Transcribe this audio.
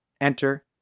Enter